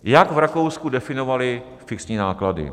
Jak v Rakousku definovali fixní náklady?